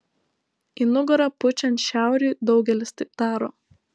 į nugarą pučiant šiauriui daugelis taip daro